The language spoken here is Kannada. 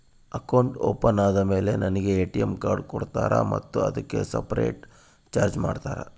ಅಕೌಂಟ್ ಓಪನ್ ಆದಮೇಲೆ ನನಗೆ ಎ.ಟಿ.ಎಂ ಕಾರ್ಡ್ ಕೊಡ್ತೇರಾ ಮತ್ತು ಅದಕ್ಕೆ ಸಪರೇಟ್ ಚಾರ್ಜ್ ಮಾಡ್ತೇರಾ?